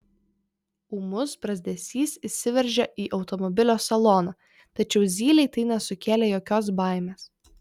ūmus brazdesys įsiveržė į automobilio saloną tačiau zylei tai nesukėlė jokios baimės